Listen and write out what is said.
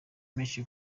menshi